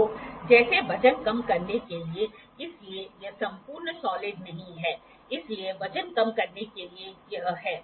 तो जैसे वजन कम करने के लिए इसलिए यह संपूर्ण साॅलिड नहीं है इसलिए वजन कम करने के लिए यह है